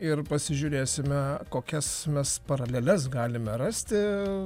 ir pasižiūrėsime kokias mes paraleles galime rasti